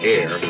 Air